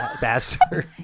Bastard